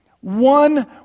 one